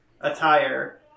attire